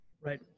Right